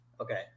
Okay